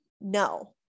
no